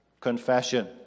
confession